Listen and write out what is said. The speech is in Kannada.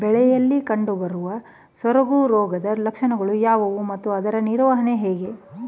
ಬೆಳೆಯಲ್ಲಿ ಕಂಡುಬರುವ ಸೊರಗು ರೋಗದ ಲಕ್ಷಣಗಳು ಯಾವುವು ಮತ್ತು ಅದರ ನಿವಾರಣೆ ಹೇಗೆ?